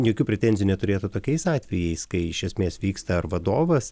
jokių pretenzijų neturėtų tokiais atvejais kai iš esmės vyksta ar vadovas